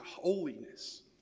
holiness